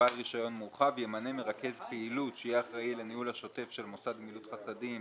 שבעל הרישיון הודיע לגביו בעת הגשת הבקשה לרישיון שהוא האחראי",